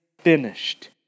finished